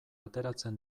ateratzen